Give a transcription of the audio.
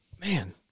man